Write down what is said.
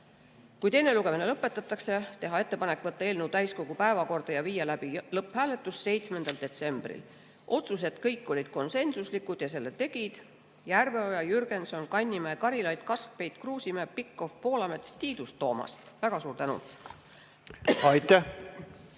kui teine lugemine lõpetatakse, teha ettepanek võtta eelnõu täiskogu päevakorda ja viia läbi lõpphääletus 7. detsembril. Otsused kõik olid konsensuslikud, need tegid Järveoja, Jürgenson, Kannimäe, Karilaid, Kaskpeit, Kruusimäe, Pikhof, Poolamets, Tiidus ja Toomast. Väga suur tänu! Aitäh!